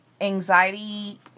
anxiety